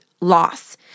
loss